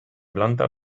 planta